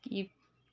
skip